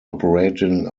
operating